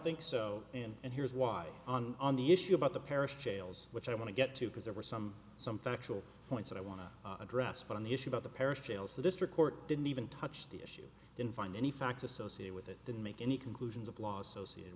think so and here's why on on the issue about the parish jails which i want to get to because there were some some factual points i want to address but on the issue about the parish jails the district court didn't even touch the issue in find any facts associated with it didn't make any conclusions of law associated